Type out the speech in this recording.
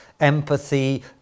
empathy